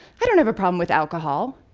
i don't have a problem with alcohol,